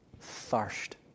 thirst